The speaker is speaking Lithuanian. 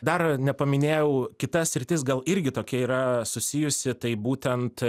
dar nepaminėjau kita sritis gal irgi tokia yra susijusi tai būtent